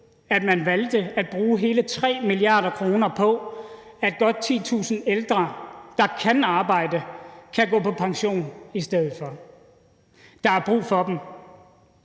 at man valgte at bruge hele 3 mia. kr. på, at godt 10.000 ældre, der kan arbejde, kan gå på pension i stedet for. Der er brug for dem.